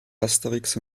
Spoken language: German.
asterix